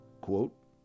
quote